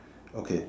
okay